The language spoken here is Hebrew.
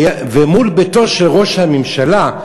מול ביתו של ראש הממשלה,